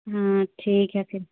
हाँ ठीक है फिर